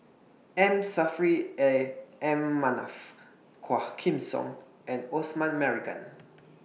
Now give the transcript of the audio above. M Saffri A M Manaf Quah Kim Song and Osman Merican